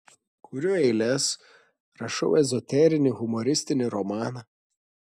kuriu eiles rašau ezoterinį humoristinį romaną